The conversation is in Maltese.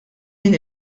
min